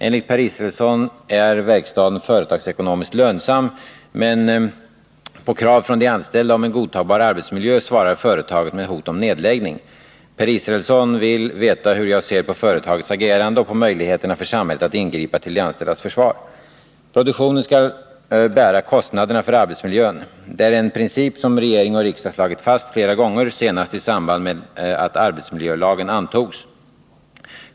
Enligt Per Israelsson är verkstaden företagsekonomiskt lönsam, men på krav från de anställda om en godtagbar arbetsmiljö svarar företaget med hot om nedläggning. Per Israelsson vill veta hur jag ser på företagets agerande och på möjligheterna för samhället att ingripa till de anställdas försvar. Produktionen skall bära kostnaderna för arbetsmiljön. Det är en princip som regering och riksdag slagit fast flera gånger, senast i samband med att arbetsmiljölagen antogs.